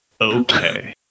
Okay